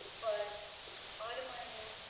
but ottoman